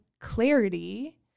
clarity